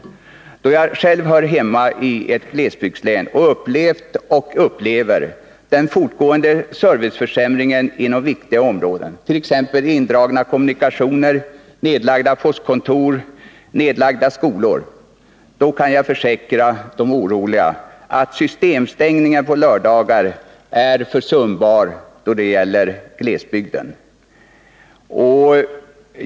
Eftersom jag själv hör hemma i ett glesbygdslän och upplevt och upplever den fortgående serviceförsämringen inom viktiga områden, t.ex. indragning av kommunikationer, nedlagda postkontor och nedlagda skolor, kan jag försäkra de oroliga att obehaget av systemstängning på lördagar är försumbart då det gäller glesbygden.